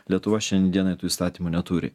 lietuva šiandien dienai tų įstatymų neturi